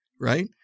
Right